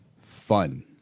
fun